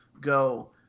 go